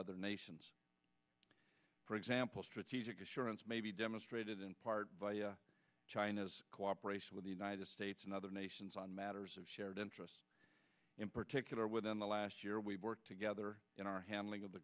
other nations for example strategic assurance may be demonstrated in part by china's cooperation with the united states and other nations on matters of shared interests in particular within the last year we work together in our handling of the